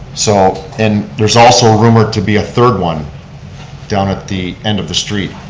so, and there's also ah rumored to be a third one down at the end of the street.